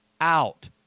Out